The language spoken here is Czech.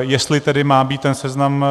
Jestli tedy má být ten seznam